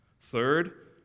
Third